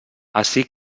ací